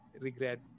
regret